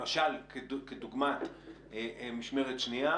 כדוגמת משמרת שנייה